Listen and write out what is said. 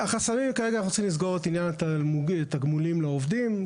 כרגע אנחנו צריכים לסגור את עניין התגמולים לעובדים.